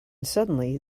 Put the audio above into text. suddenly